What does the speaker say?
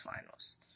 finals